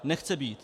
Nechce být.